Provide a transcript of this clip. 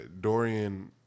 Dorian